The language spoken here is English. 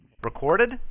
Recorded